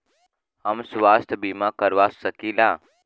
हम स्वास्थ्य बीमा करवा सकी ला?